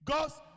God's